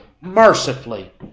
mercifully